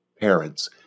parents